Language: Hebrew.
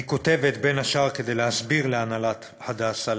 אני כותבת בין השאר כדי להסביר להנהלת "הדסה",